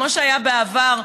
כמו שהיה בעבר,